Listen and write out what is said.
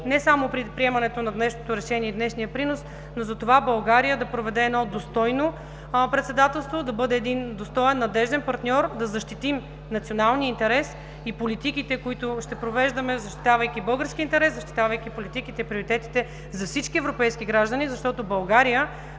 не само при приемането на днешното решение, днешния принос, но затова България да проведе едно достойно председателство, да бъде един достоен надежден партньор, да защитим националния интерес и политиките, които ще провеждаме, защитавайки българския интерес, защитавайки политиките и приоритетите за всички европейски граждани, защото България